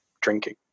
drinking